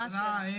הכוונה,